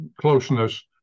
closeness